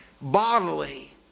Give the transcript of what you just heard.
bodily